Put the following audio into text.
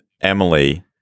Emily